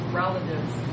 relatives